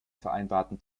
vereinbarten